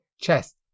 chest